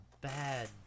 bad